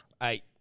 Eight